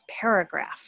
paragraph